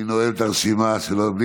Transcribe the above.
תנעל את הרשימה, שלא יבואו.